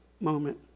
moment